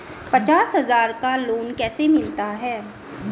पचास हज़ार का लोन कैसे मिलता है?